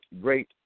great